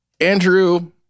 Andrew